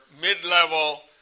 mid-level